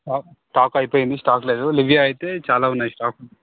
stock stock అయిపోయింది stock లేదు లివియా అయితే చాలా ఉన్నాయి స్టాకు